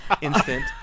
instant